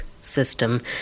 system